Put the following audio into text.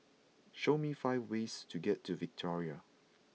show me five ways to get to Victoria